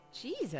Jesus